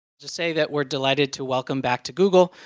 just say that we're delighted to welcome back to google,